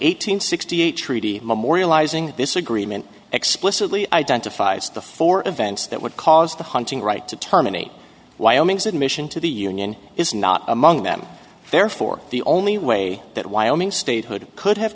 hundred sixty eight treaty memorializing this agreement explicitly identifies the four events that would cause the hunting right to terminate wyoming's admission to the union is not among them therefore the only way that wyoming statehood could have